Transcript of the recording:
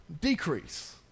decrease